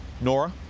Nora